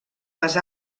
les